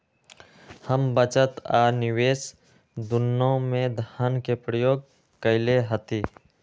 हम बचत आ निवेश दुन्नों में धन के प्रयोग कयले हती